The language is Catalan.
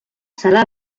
serà